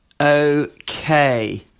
Okay